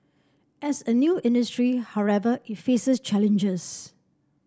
as a new industry however it faces challenges